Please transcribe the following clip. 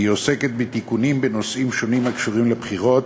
והיא עוסקת בתיקונים בנושאים שונים הקשורים לבחירות,